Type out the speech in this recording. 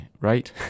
right